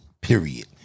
period